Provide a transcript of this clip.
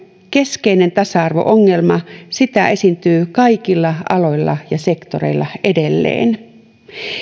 keskeinen tasa arvo ongelma sitä esiintyy kaikilla aloilla ja sektoreilla edelleen